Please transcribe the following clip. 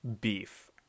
beef